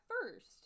first